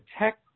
tech